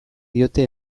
diote